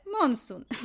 monsoon